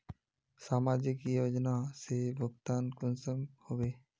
समाजिक योजना से भुगतान कुंसम होबे?